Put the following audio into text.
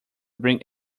bring